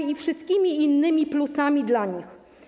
I wszystkimi innymi plusami dla nich.